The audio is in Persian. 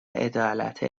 عدالت